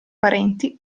parenti